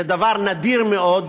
זה דבר נדיר מאוד,